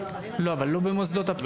אבל לא במוכשר.